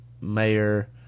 mayor